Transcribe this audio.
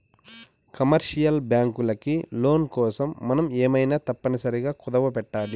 commercial బ్యాంకులకి loan కోసం మనం ఏమైనా తప్పనిసరిగా కుదవపెట్టాలి